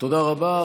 תודה רבה.